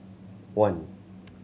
one